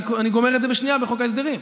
אני גומר את זה בשנייה בחוק ההסדרים,